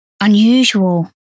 unusual